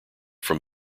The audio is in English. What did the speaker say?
from